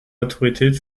autorität